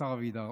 השר אבידר.